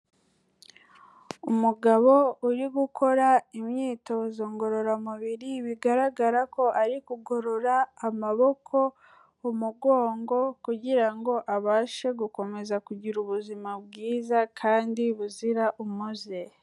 Umugabo uri gukora imyitozo ngororamubiri, bigaragara ko ari kugorora amaboko, umugongo, kugira ngo abashe gukomeza kugira ubuzima bwiza kandi buzira umuze.